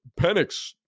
Penix